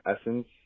essence